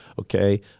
Okay